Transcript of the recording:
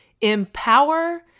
empower